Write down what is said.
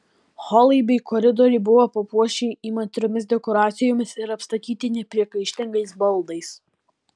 holai bei koridoriai buvo papuošei įmantriomis dekoracijomis ir apstatyti nepriekaištingais baldais